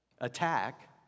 attack